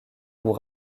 goûts